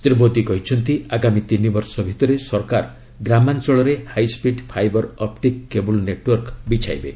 ଶ୍ରୀ ମୋଦୀ କହିଛନ୍ତି ଆଗାମୀ ତିନି ବର୍ଷ ଭିତରେ ସରକାର ଗ୍ରାମାଞ୍ଚଳରେ high speed fibre optic cable network ବିଛାଇବେ